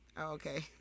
Okay